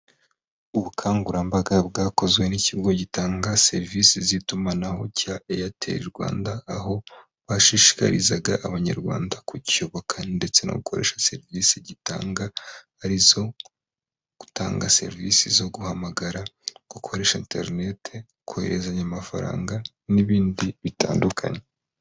Ubukangurambaga bwakozwe n'ikigo gitanga serivisi z'itumanaho cya eyateri Rwanda, aho bashishikarizaga abanyarwanda kucyubaka ndetse no gukoresha serivisi gitanga, arizo gutanga serivisi zo guhamagara, gukoresha interineti, kohererezanya amafaranga n'ibindi bitandukanye.